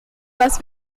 was